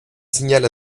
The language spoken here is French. signal